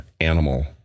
animal